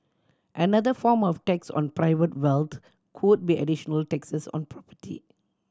another form of tax on private wealth could be additional taxes on property